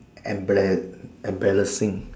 and ble embarrassing